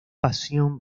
pasión